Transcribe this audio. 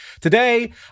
Today